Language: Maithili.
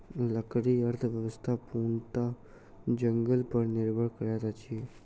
लकड़ी अर्थव्यवस्था पूर्णतः जंगल पर निर्भर करैत अछि